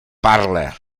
parla